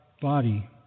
body